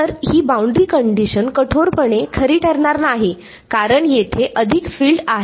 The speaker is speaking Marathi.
तर ही बाउंड्री कंडिशन कठोरपणे खरी ठरणार नाही कारण येथे अधिक फील्ड आहेत